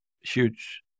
huge